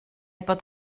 bod